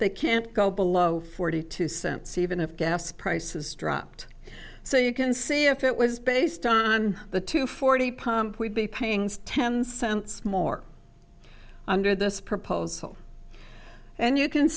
they can't go below forty two cents even if gas prices dropped so you can see if it was based on the two forty pump we'd be paying ten cents more under this proposal and you can